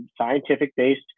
scientific-based